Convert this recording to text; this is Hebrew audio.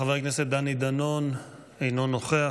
חבר הכנסת דני דנון, אינו נוכח.